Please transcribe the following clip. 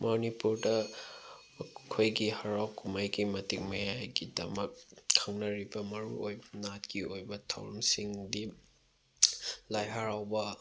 ꯃꯅꯤꯄꯨꯔꯗ ꯑꯩꯈꯣꯏꯒꯤ ꯍꯔꯥꯎ ꯀꯨꯝꯍꯩꯒꯤ ꯃꯇꯤꯛ ꯃꯌꯥꯏꯒꯤꯗꯃꯛ ꯈꯪꯅꯔꯤꯕ ꯃꯔꯨ ꯑꯣꯏꯕ ꯅꯥꯠꯀꯤ ꯑꯣꯏꯕ ꯊꯧꯔꯝꯁꯤꯡꯗꯤ ꯂꯥꯏ ꯍꯔꯥꯎꯕ